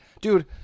dude